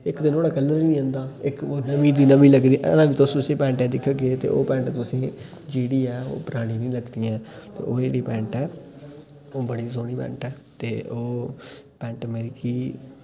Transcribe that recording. इक ते नोहाड़ा कलर नी जंदा इक ओह् नमीं दी नमीं लगदी अह्लें बी तुस उसी पैंट गी दिक्खगे ते ओह् पैंट तुसें जेह्ड़ी ऐ ओह् परानी नी लग्गनी ऐ ते ओह् जेह्ड़ी पैंट ऐ ओह् बड़ी सौह्नी पैंट ऐ ते ओह् पैंट मिकी